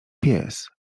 pies